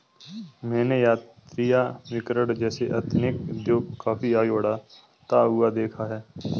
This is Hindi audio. मैंने यात्राभिकरण जैसे एथनिक उद्योग को काफी आगे बढ़ता हुआ देखा है